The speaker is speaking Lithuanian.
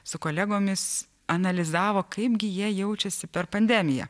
su kolegomis analizavo kaipgi jie jaučiasi per pandemiją